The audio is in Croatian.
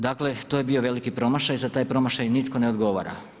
Dakle, to je bio veliki promašaj, za taj promašaj nitko ne odgovara.